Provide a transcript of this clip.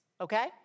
Okay